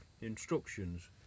instructions